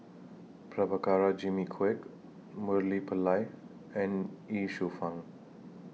Prabhakara Jimmy Quek Murali Pillai and Ye Shufang